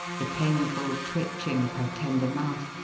the painful twitching of her tender mouth,